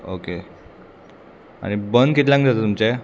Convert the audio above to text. okay आनी बंद कितल्यांक जाता तुमचें